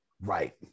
Right